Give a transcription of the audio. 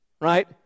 Right